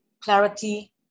clarity